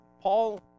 paul